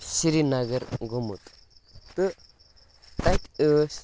سرینَگَر گوٚمُت تہٕ تَتہِ ٲسۍ